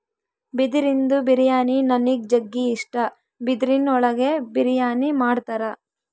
ಬಿದಿರಿಂದು ಬಿರಿಯಾನಿ ನನಿಗ್ ಜಗ್ಗಿ ಇಷ್ಟ, ಬಿದಿರಿನ್ ಒಳಗೆ ಬಿರಿಯಾನಿ ಮಾಡ್ತರ